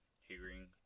hearing